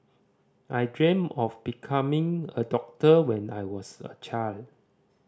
I dreamt of becoming a doctor when I was a child